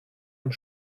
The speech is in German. und